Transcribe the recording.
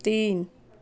तीन